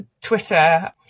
Twitter